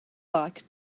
like